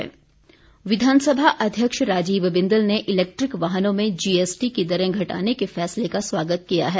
स्वागत विधानसभा अध्यक्ष राजीव बिंदल ने इलेक्ट्रिक वाहनों में जीएसटी की दरें घटाने के फैसले का स्वागत किया है